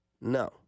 No